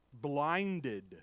blinded